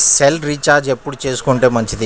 Cell recharge ఎప్పుడు చేసుకొంటే మంచిది?